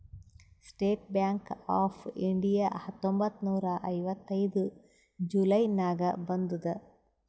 state Bank of India ಹತ್ತೊಂಬತ್ತ್ ನೂರಾ ಐವತ್ತೈದು ಜುಲೈ ನಾಗ್ ಬಂದುದ್